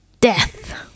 death